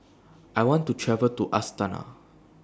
I want to travel to Astana